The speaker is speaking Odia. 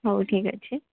ହଉ ଠିକ୍ ଅଛି